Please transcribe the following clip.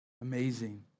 Amazing